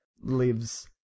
lives